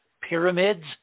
pyramids